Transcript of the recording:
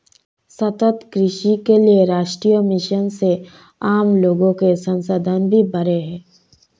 सतत कृषि के लिए राष्ट्रीय मिशन से आम लोगो के संसाधन भी बढ़े है